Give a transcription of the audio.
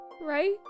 right